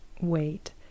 wait